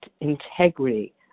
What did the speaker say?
integrity